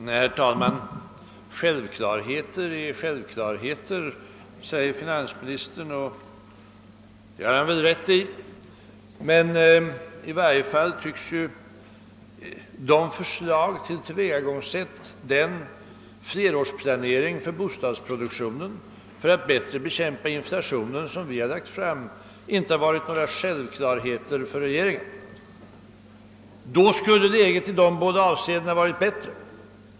Herr talman! Självklarheter är självklarheter, säger finansministern, och det har han rätt i. Emellertid tycks i varje fall inte de förslag till tillvägagångssätt och till flerårsplanering för bostadsproduktionen och för att bättre bekämpa inflationen som vi har lagt fram har varit några självklarheter för regeringen; i så fall skulle läget i dessa båda avseenden ha varit bättre.